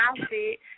outfit